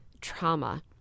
trauma